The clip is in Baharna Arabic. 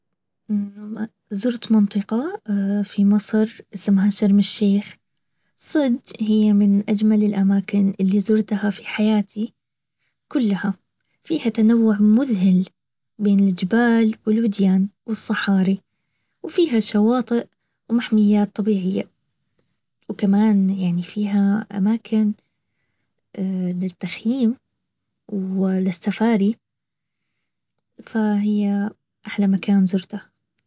زرت منطقة في مصر اسمها شرم الشيخ. صدج هي من اجمل الاماكن اللي زرتها في حياتي كلها تنوع مذهل بين الجبال والوديان والصحاري. وفيها شواطئ ومحميات طبيعية وكمان يعني فيها اماكن للتخيم والسفاري فهي احلي مكان زرته